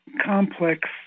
complex